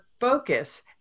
focus